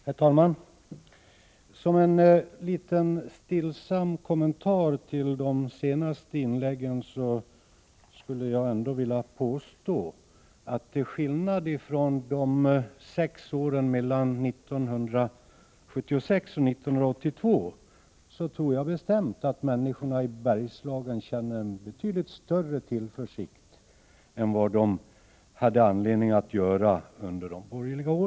Herr talman! Som en liten, stillsam kommentar till de senaste inläggen skulle jag vilja påstå att människorna i Bergslagen nu känner betydligt större tillförsikt än de hade anledning att göra under de sex borgerliga åren 1976-1982.